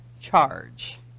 charge